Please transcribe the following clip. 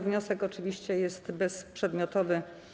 Wniosek oczywiście jest bezprzedmiotowy.